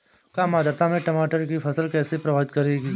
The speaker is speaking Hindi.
कम आर्द्रता में टमाटर की फसल कैसे प्रभावित होगी?